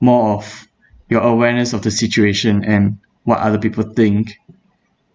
more of your awareness of the situation and what other people think